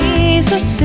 Jesus